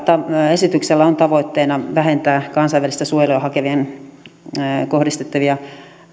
esityksellä on tavoitteena vähentää kansainvälistä suojelua hakeviin kohdistettavia